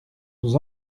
nous